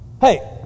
Hey